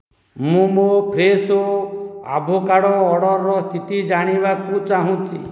ମୁଁ ମୋ Fresho avocado ଅର୍ଡ଼ର୍ର ସ୍ଥିତି ଜାଣିବାକୁ ଚାହୁଁଛି